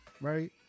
right